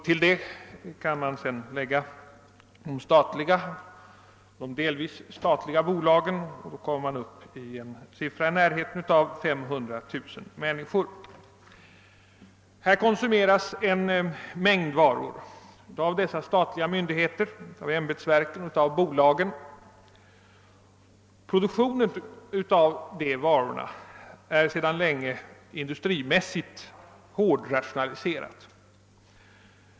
Till detta kan man lägga de statliga och delvis statliga bolagen, och då kommer man upp till ett antal av nära 500 000 människor. Det konsumeras en mängd varor av dessa statliga myndigheter, ämbetsverk och bolag. Produktionen av dessa varor är sedan länge industrimässigt hårdrationaliserad.